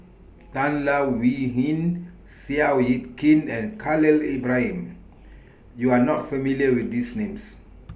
Tan Leo Wee Hin Seow Yit Kin and Khalil Ibrahim YOU Are not familiar with These Names